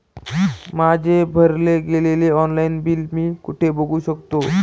माझे भरले गेलेले ऑनलाईन बिल मी कुठे बघू शकतो?